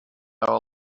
our